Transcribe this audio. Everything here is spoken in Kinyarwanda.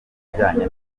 bijyanye